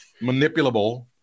Manipulable